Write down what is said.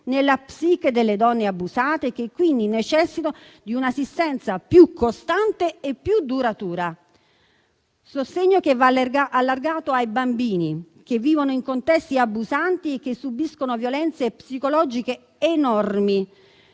nella psiche delle donne abusate, che quindi necessitano di un'assistenza più costante e più duratura. Sostegno che va allargato ai bambini che vivono in contesti abusanti e che subiscono violenze psicologiche enormi.